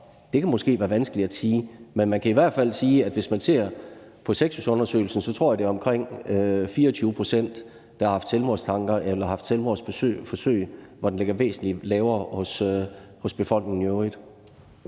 Det kan måske være vanskeligt at sige, men man kan i hvert fald sige, at ifølge SEXUSundersøgelsen er det, tror jeg, omkring 24 pct., der har haft selvmordstanker eller har haft selvmordsforsøg, mens den ligger væsentlig lavere hos befolkningen i øvrigt.